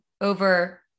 over